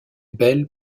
belle